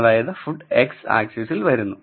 അതായത് food x ആക്സിസിൽ വരുന്നു